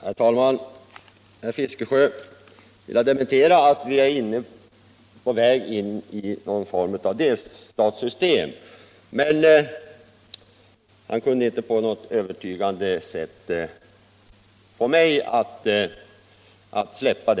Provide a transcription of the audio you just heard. Herr talman! Herr Fiskesjö ville dementera att vi är på väg in i någon form av delstatssystem, men han lyckades inte övertyga mig.